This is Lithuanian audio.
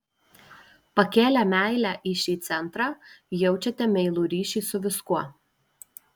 pakėlę meilę į šį centrą jaučiate meilų ryšį su viskuo